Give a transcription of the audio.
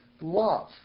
love